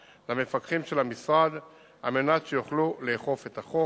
למפקחים של המשרד על מנת שיוכלו לאכוף את החוק.